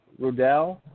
Rudell